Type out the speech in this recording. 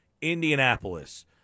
Indianapolis